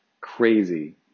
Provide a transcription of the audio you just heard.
crazy